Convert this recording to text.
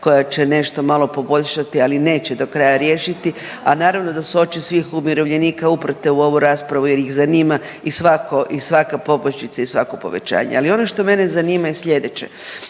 koja će nešto malo poboljšati, ali neće do kraja riješiti, a naravno da su oči svih umirovljenika uprte u ovu raspravu jer ih zanima i svako i svaka poboljšica i svako povećanje. Ali ono što mene zanima je slijedeće,